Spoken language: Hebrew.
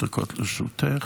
גברתי, בבקשה, שלוש דקות לרשותך.